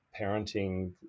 parenting